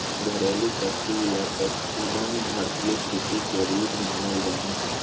घरेलू पशु या पशुधन भारतीय कृषि के रीढ़ मानल जा हय